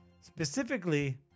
Specifically